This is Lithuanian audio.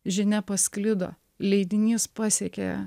žinia pasklido leidinys pasiekė